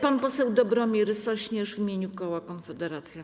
Pan poseł Dobromir Sośnierz w imieniu koła Konfederacja.